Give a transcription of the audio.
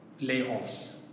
layoffs